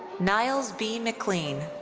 nyles b. mclean.